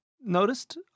noticed